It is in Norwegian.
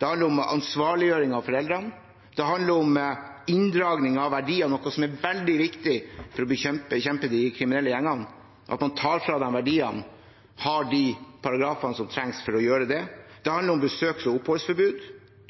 Det handler om ansvarliggjøring av foreldrene. Det handler om inndragning av verdier, noe som er veldig viktig for å bekjempe de kriminelle gjengene – at man tar fra dem verdiene og har de paragrafene som trengs for å gjøre det. Det